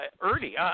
Ernie